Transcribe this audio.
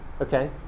Okay